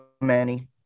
Manny